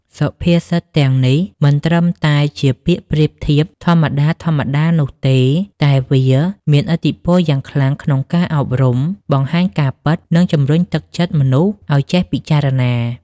សុភាសិតទាំងនេះមិនត្រឹមតែជាពាក្យប្រៀបធៀបធម្មតាៗនោះទេ តែវាមានឥទ្ធិពលយ៉ាងខ្លាំងក្នុងការអប់រំ បង្ហាញការពិត និងជំរុញទឹកចិត្តមនុស្សឲ្យចេះពិចារណា។